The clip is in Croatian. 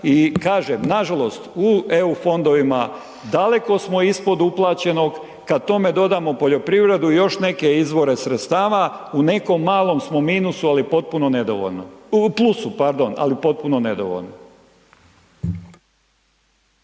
i kažem, nažalost, u EU fondovima daleko smo ispod uplaćenog, kad tome dodamo poljoprivredu i još neke izvore sredstava, u nekom malom smo minusu, ali potpuno nedovoljno, u plusu, pardon, ali potpuno nedovoljno.